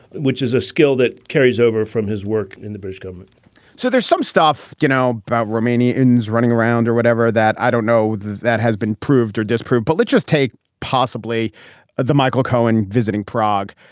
which is a skill that carries over from his work in the bush government so there's some stuff, you know, about romanians running around or whatever that i don't know that has been proved or disproved. but let's just take possibly the michael cohen visiting prague.